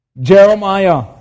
Jeremiah